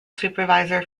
supervisor